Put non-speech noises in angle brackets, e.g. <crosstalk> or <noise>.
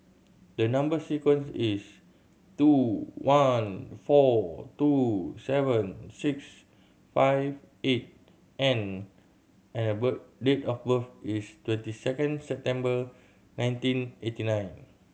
the number sequence is Two one four two seven six five eight N and <unintelligible> date of birth is twenty second September nineteen eighteen nine